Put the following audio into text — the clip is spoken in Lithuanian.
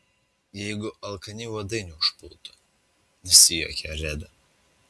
jeigu alkani uodai neužpultų nusijuokė reda